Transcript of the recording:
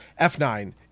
f9